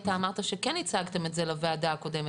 אתה אמרת שכן הצגתם את זה לוועדה הקודמת,